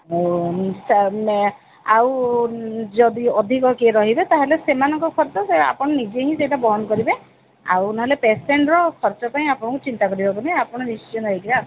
ଆଉ ତା'ହେଲେ ଆଉ ଯଦି ଅଧିକ କିଏ ରହିବେ ତା'ହେଲେ ସେମାନଙ୍କ ଖର୍ଚ୍ଚ ସେ ଆପଣ ନିଜେ ହିଁ ସେଇଟା ବହନ କରିବେ ଆଉ ନହେଲେ ପେସେଣ୍ଟ୍ର ଖର୍ଚ୍ଚ ପାଇଁ ଆପଣଙ୍କୁ ଚିନ୍ତା କରିବାକୁ ନାଇଁ ଆପଣ ନିଶ୍ଚିତ ହେଇକିରି ଆସନ୍ତୁ